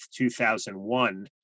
2001